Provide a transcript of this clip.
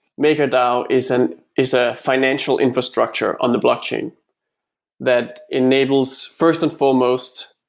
makerdao is and is a financial infrastructure on the blockchain that enables first and foremost,